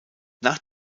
nach